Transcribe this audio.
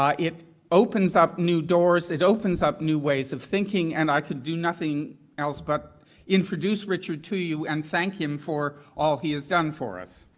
it opens up new doors, it opens up new ways of thinking and i could do nothing else but introduce richard to you and thank him for all he has done for us.